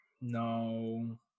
no